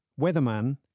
weatherman